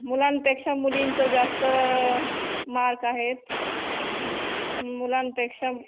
मुलांपेक्षा मुलींचं जास्त मार्क आहेत म् मु मुलांपेक्षा म्